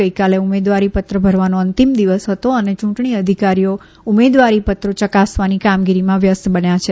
ગઇકાલે ઉમેદવારીપત્ર ભરવાનો અંતિમ દિવસ હતો અને ચૂંટણી અધિકારીઓ ઉમેદવારીપત્રો યકાસવાની કામગીરીમાં વ્યસ્ત બન્યા છે